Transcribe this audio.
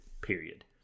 Period